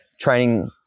training